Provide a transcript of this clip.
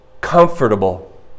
comfortable